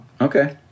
Okay